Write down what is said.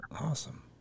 Awesome